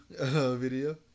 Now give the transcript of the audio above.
video